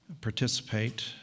participate